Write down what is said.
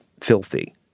filthy